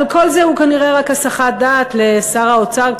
אבל כל זה הוא כנראה רק הסחת דעת לשר האוצר,